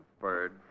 Bird